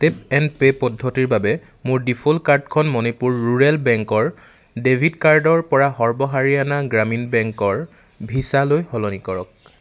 tap and pay পদ্ধতিৰ বাবে মোৰ ডিফ'ল্ট কাৰ্ডখন মণিপুৰ ৰুৰেল বেংকৰ ডেবিট কাৰ্ডৰ পৰা সৰ্ব হাৰিয়ানা গ্ৰামীণ বেংকৰ ভিছালৈ সলনি কৰক